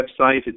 website